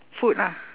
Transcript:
food lah